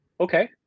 Okay